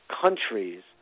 countries